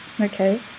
Okay